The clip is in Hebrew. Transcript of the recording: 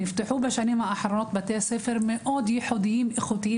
נפתחו בשנים האחרונות בתי ספר מאוד ייחודיים ואיכותיים